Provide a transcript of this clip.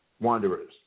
wanderers